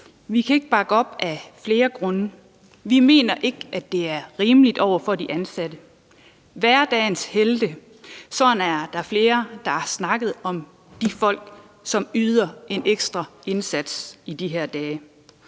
Vi kan ikke bakke op af flere grunde. Vi mener ikke, at det er rimeligt over for de ansatte. Hverdagens helte: Sådan er der flere der har snakket om de folk, som yder en ekstra indsats i de her dage.